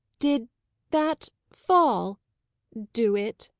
did that fall do it?